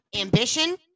ambition